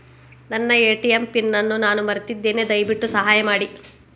ನನ್ನ ATM PIN ಅನ್ನು ನಾನು ಮರೆತಿದ್ದೇನೆ, ದಯವಿಟ್ಟು ಸಹಾಯ ಮಾಡಿ